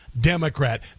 democrat